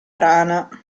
rana